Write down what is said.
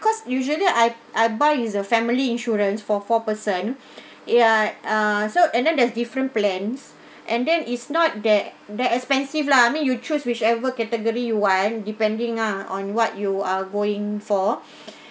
because usually I I buy is a family insurance for four person ya ah so and then there's different plans and then is not that that expensive lah I mean you choose whichever category you want depending ah on what you are going for